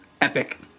epic